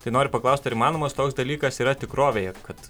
tai noriu paklausti ar įmanomas toks dalykas yra tikrovėje kad